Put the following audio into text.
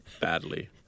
badly